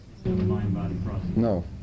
No